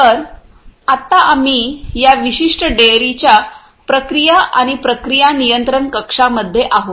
तर आत्ता आम्ही या विशिष्ट डेअरीच्या प्रक्रिया आणि प्रक्रिया नियंत्रण कक्षामध्ये आहोत